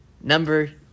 number